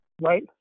Right